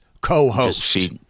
co-host